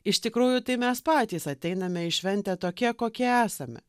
iš tikrųjų tai mes patys ateiname į šventę tokie kokie esame